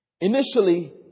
Initially